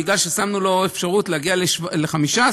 מכיוון ששמנו לו אפשרות להגיע ל-15%,